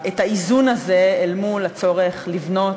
האיזון הזה אל מול הצורך לבנות,